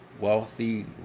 wealthy